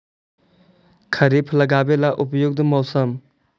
खरिफ लगाबे ला उपयुकत मौसम?